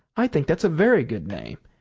i think that is a very good name.